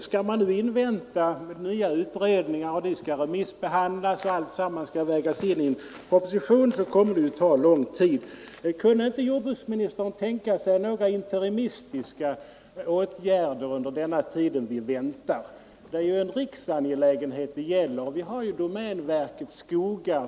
Skall vi nu invänta resultatet av nya utredningar, som skall remissbehandlas, och alltsammans skall vägas in i en proposition, kommer det att ta lång tid. Kunde inte jordbruksministern tänka sig några interimistiska åtgärder under den tiden vi väntar? Detta är en riksangelägenhet.